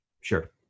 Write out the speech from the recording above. Sure